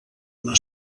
una